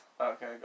Okay